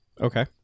okay